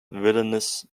villainous